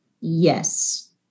Yes